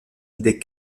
des